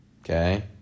Okay